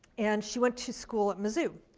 and she went to school at mizzou.